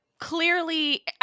clearly